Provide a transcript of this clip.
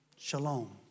Shalom